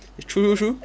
true true true